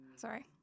sorry